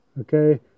okay